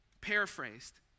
Paraphrased